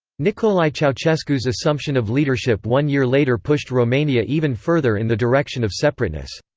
nicolae ceausescu's assumption of leadership one year later pushed romania even further in the direction of separateness.